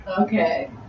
okay